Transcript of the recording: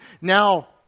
Now